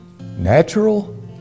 Natural